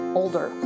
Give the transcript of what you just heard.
older